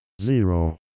zero